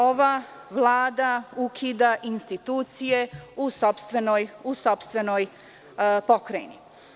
Ova Vlada ukida institucije u sopstvenoj pokrajini.